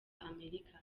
amerika